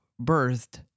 birthed